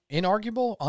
inarguable